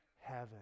heaven